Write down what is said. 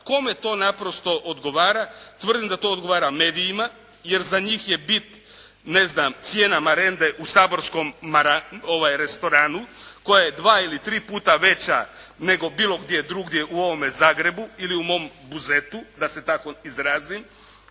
Kome to naprosto odgovara? Tvrdim da to odgovara medijima, jer za njih je bit, ne znam, cijena marende u saborskom restoranu, koja je dva ili tri puta veća nego bilo gdje drugdje u ovome Zagrebu ili u mom Buzetu, da se tako izrazim,